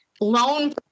loan